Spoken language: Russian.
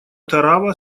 тарава